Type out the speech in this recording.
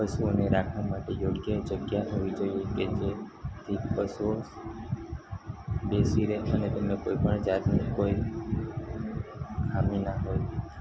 પશુઓને રાખવા માટે યોગ્ય જગ્યા હોવી જોઈએ કે જેથી પશુઓ બેસી રહે અને તેમને કોઈપણ જાતની કોઈ ખામી ના હોય